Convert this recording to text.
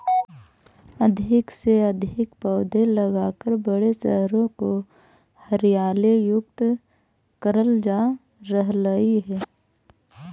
अधिक से अधिक पौधे लगाकर बड़े शहरों को हरियाली युक्त करल जा रहलइ हे